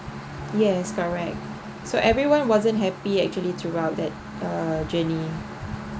yes correct so everyone wasn't happy actually throughout uh journey